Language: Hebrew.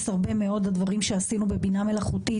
הרבה מאוד דברים שעשינו בבינה מלאכותית.